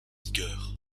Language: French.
vigueur